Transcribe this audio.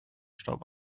staub